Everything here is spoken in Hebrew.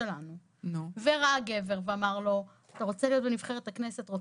שלנו וראה גבר והוא אמר לו "..אתה רוצה להיות בנבחרת הכנסת.."